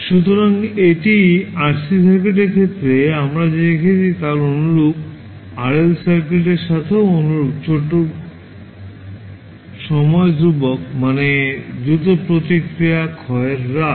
সুতরাং এটি RC সার্কিটের ক্ষেত্রে আমরা যা দেখেছি তার অনুরূপ RL সার্কিটের সাথেও অনুরূপ ছোট সময় ধ্রুবক মানে দ্রুত প্রতিক্রিয়া ক্ষয়ের হার